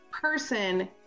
person